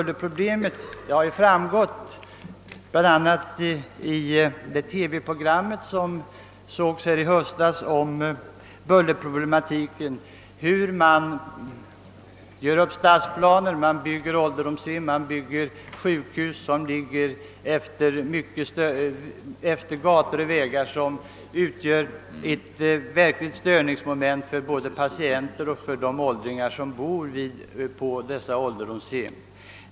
Det framgick bl.a. av ett TV-program nu i höst om = bullerproblematiken, hur man bygger ålderdomshem och sjukhus intill gator och vägar, vilka utgör ett verkligt störningsmoment för de patienter och åldringar som vistas där.